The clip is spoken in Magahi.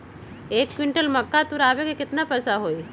एक क्विंटल मक्का तुरावे के केतना पैसा होई?